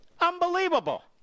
Unbelievable